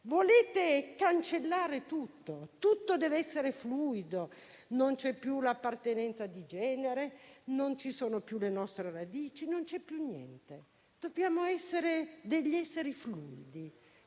volete cancellare tutto. Tutto deve essere fluido, non c'è più l'appartenenza di genere, non ci sono più le nostre radici, non c'è più niente. Dobbiamo diventare esseri fluidi.